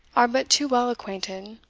are but too well acquainted.